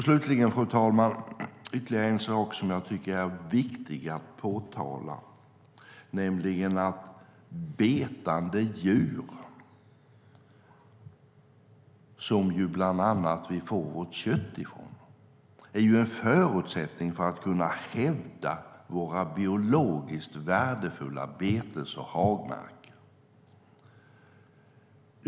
Slutligen, fru talman, finns det ytterligare en sak jag tycker är viktig att påpeka, nämligen att betande djur som vi bland annat får vårt kött från är en förutsättning för att kunna hävda våra biologiskt värdefulla betes och hagmarker.